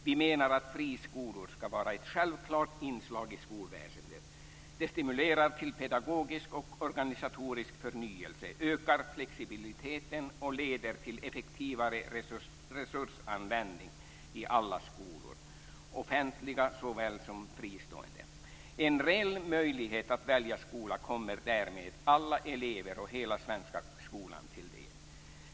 Vi menar att friskolor ska vara ett självklart inslag i skolväsendet. Det stimulerar till pedagogisk och organisatorisk förnyelse. Det ökar flexibiliteten och leder till effektivare resursanvändning i alla skolor, i såväl offentliga som fristående skolor. En reell möjlighet att välja skola kommer därmed alla elever och hela svenska skolan till del.